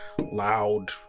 Loud